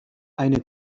eine